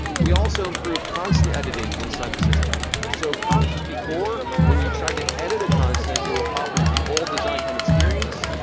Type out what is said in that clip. we also improved constant editing inside the system. so, before, when you tried to edit a constant, it would pop into the old design time experience.